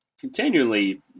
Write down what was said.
continually